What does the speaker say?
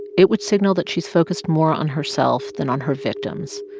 it would signal that she's focused more on herself than on her victims.